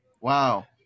wow